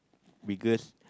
biggest